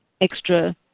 extra